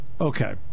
Okay